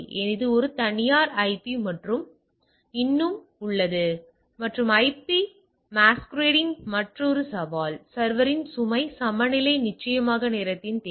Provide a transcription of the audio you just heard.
எனவே இது ஒரு தனியார் ஐபி மற்றும் இன்னும் உள்ளது மற்றும் ஐபி மாஸ்குரெடிங் மற்றொரு சவால் சர்வரின் சுமை சமநிலை நிச்சயமாக நேரத்தின் தேவை